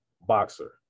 boxer